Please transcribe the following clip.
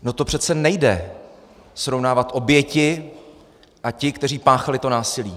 No, to přece nejde srovnávat oběti a ty, kteří páchali to násilí.